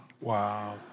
Wow